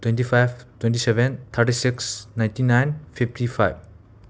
twenty five twenty seven thirty six ninety nine fifty five